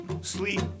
sleep